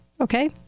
Okay